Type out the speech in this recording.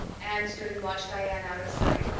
anne stood and watched diana out of sight,